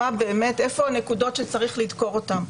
איפה הנקודות שצריך לדקור אותן,